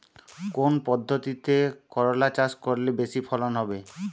কোন পদ্ধতিতে করলা চাষ করলে বেশি ফলন হবে?